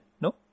No